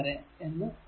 എന്ന് എഴുതാം